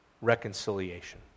reconciliation